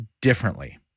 differently